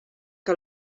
que